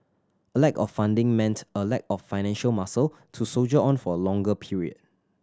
a lack of funding meant a lack of financial muscle to soldier on for a longer period